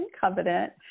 covenant